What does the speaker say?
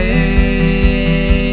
Hey